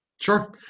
Sure